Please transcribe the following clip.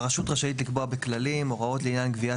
"הרשות רשאית לקבוע בכללים הוראות לעניין גביית